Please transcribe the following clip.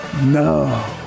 No